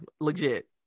legit